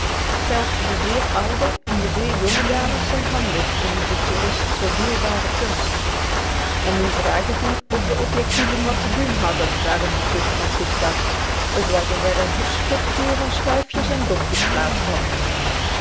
zelfs de zeer oude en de zeer jonge dames zijn handig in die den toerist zoo dierbare kunst en nu vraag ik u of de objectieven wat te doen hadden daar op die kust van sitka t was of er een geschutvuur van schuifjes en dopjes plaats had